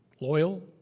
loyal